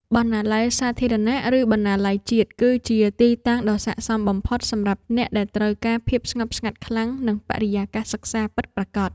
បណ្ណាល័យសាធារណៈ ឬបណ្ណាល័យជាតិ គឺជាទីតាំងដ៏ស័ក្ដិសមបំផុតសម្រាប់អ្នកដែលត្រូវការភាពស្ងប់ស្ងាត់ខ្លាំង និងបរិយាកាសសិក្សាពិតប្រាកដ។